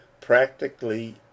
practically